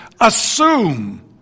assume